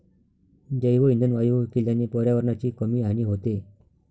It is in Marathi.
जैवइंधन वायू केल्याने पर्यावरणाची कमी हानी होते